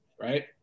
right